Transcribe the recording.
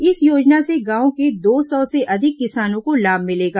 इस योजना से गांव के दो सौ से अधिक किसानों को लाभ मिलेगा